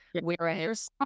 Whereas